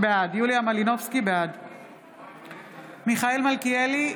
בעד מיכאל מלכיאלי,